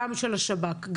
של השב"כ,